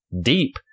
deep